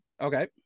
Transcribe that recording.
Okay